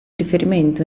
riferimento